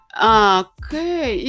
Okay